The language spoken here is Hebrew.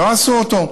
לא עשו אותו,